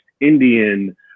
Indian